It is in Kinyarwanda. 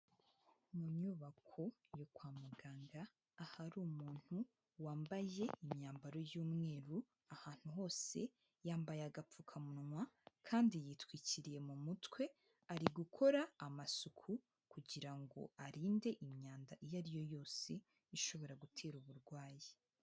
Mu nyubako yo kwa muganga ahari umuntu wambaye imyambaro y'umweru ahantu hose, yambaye agapfukamunwa kandi yitwikiriye mu mutwe, ari gukora amasuku kugira ngo arinde imyanda iyo ari yo yose ishobora gutera uburwayi.